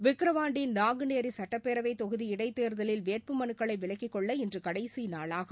விக்ரவாண்டி நாங்குநேரி சட்டப்பேரவைத் தொகுதி இடைத்தேர்தவில் வேட்புமனுக்களை விலக்கிக் கொள்ள இன்று கடைசி நாளாகும்